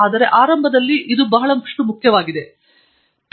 ಆದರೆ ಆರಂಭದಲ್ಲಿ ಇದು ಖಂಡಿತವಾಗಿ ಬಹಳ ಮುಖ್ಯವಾದ ಅಂಶವನ್ನು ಮಾಡುತ್ತದೆ